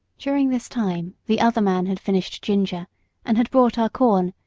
during this time the other man had finished ginger and had brought our corn,